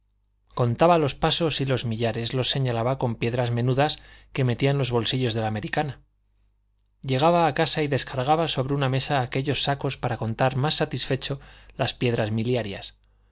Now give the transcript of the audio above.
contaba los pasos y los millares los señalaba con piedras menudas que metía en los bolsillos de la americana llegaba a casa y descargaba sobre una mesa aquellos sacos para contar más satisfecho las piedras miliarias